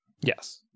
Yes